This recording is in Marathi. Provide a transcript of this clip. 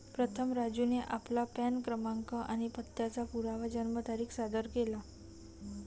प्रथम राजूने आपला पॅन क्रमांक आणि पत्त्याचा पुरावा जन्मतारीख सादर केला